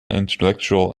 intellectual